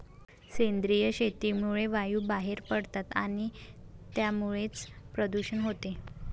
सेंद्रिय शेतीमुळे वायू बाहेर पडतात आणि त्यामुळेच प्रदूषण होते